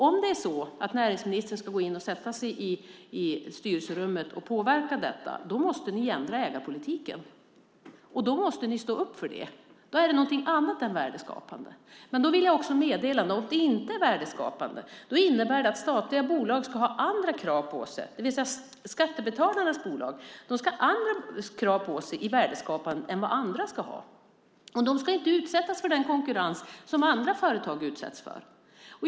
Om näringsministern ska sätta sig i styrelserummet och påverka detta måste ni ändra ägarpolitiken, och då måste ni stå upp för det. Det är någonting annat än värdeskapande. Om det inte är värdeskapande innebär det att statliga bolag ska ha andra krav på sig, det vill säga att skattebetalarnas bolag ska ha andra krav på sig än vad andra bolag ska ha. De ska inte utsättas för den konkurrens som andra företag utsätts för.